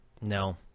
no